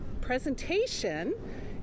presentation